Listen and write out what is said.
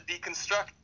deconstruct